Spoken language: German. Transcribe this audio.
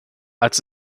als